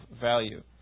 value